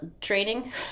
training